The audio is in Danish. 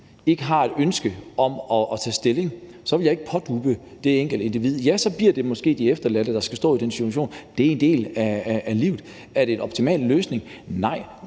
ikke har et ønske om at tage stilling, vil jeg ikke pådutte det enkelte individ noget. Ja, så bliver det måske de efterladte, der skal stå i den situation. Det er en del af livet. Er det en optimal løsning? Nej,